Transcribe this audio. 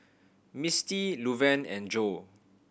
Misti Luverne and Joe